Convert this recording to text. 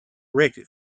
erected